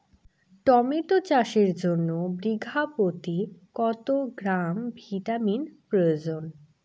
Tomato চাষের জন্য বিঘা প্রতি কত গ্রাম ভিটামিন প্রয়োজন?